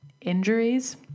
injuries